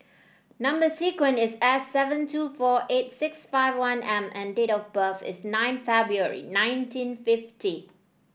number sequence is S seven two four eight six five one M and date of birth is nine February nineteen fifty